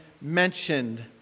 mentioned